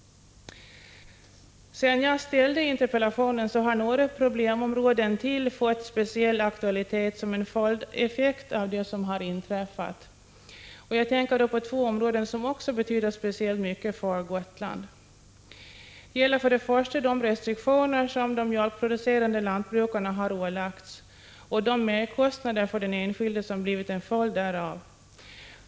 Sedan jag ställde interpellationen har ytterligare några problemområden fått speciell aktualitet som en följdeffekt av det inträffade. Jag tänker på två områden som också betyder speciellt mycket för Gotland. Det gäller för det första de restriktioner som de mjölkproducerande lantbrukarna ålagts och de merkostnader för den enskilde som blivit en följd därav.